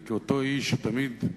כאותו איש שתמיד,